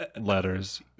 letters